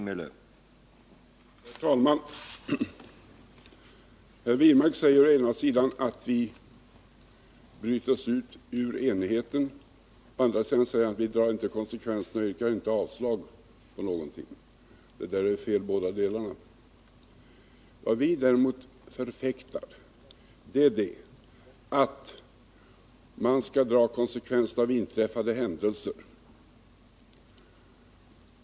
Herr talman! David Wirmark säger å ena sidan att vi bryter oss ut ur enigheten och å andra sidan att vi inte drar konsekvenserna och yrkar avslag på någonting. Båda påståendena är felaktiga. Vad vi däremot förfäktar är att man skall dra konsekvenserna av inträffade händelser.